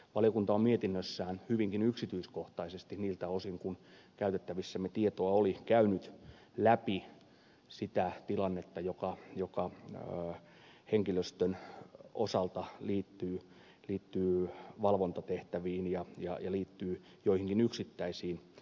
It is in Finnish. valiokunta on mietinnössään hyvinkin yksityiskohtaisesti niiltä osin kuin käytettävissämme tietoa oli käynyt läpi sitä tilannetta joka henkilöstön osalta liittyy valvontatehtäviin ja joihinkin yksittäisiin